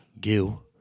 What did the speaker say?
Gil